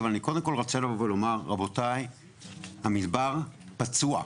אבל קודם צריך לומר שהמדבר פצוע.